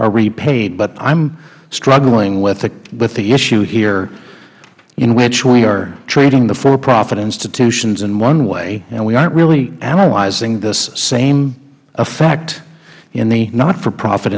are repaid but i am struggling with the issue here in which we are treating the for profit institutions in one way and we aren't really analyzing the same effect in the not for profit